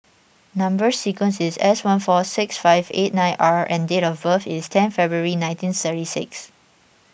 Number Sequence is S one four six five eight nine R and date of birth is ten February nineteen thirty six